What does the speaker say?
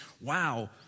Wow